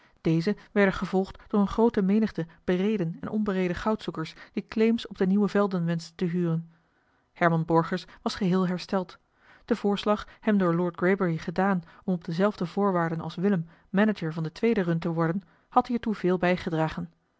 deze werden gevolgd door eene groote menigte bereden en onbereden goudzoekers die claims op de nieuwe velden wenschten te huren herman borgers was geheel hersteld de voorslag hem door lord greybury gedaan om op dezelfde voorwaarden als willem manager van de tweede run te worden had hiertoe veel bijgedragen